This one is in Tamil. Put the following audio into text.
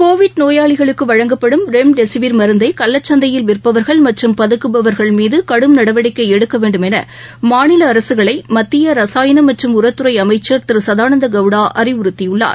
கோவிட் நோயளிகளுக்கு வழங்கப்படும் ரெம்டெசிவிர் மருந்தை கள்ளச் சந்தையில் விற்பவர்கள் மற்றும் பதுக்குபவர்கள் மீது கடும் நடவடிக்கை எடுக்க வேண்டும் என மாநில அரசுகளை மத்திய ரசாயனம் மற்றம் உரத்துறை அமைச்சர் திரு சதானந்த கவுடா அறிவுறுத்தியுள்ளார்